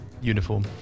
uniform